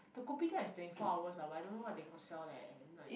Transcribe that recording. the kopitiam is twenty four hours ah but I don't know what they got sell leh at night